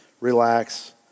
relax